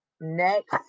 Next